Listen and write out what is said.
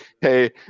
Hey